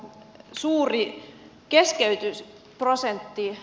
suuri jos kehitys prosenttiin